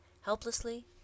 Helplessly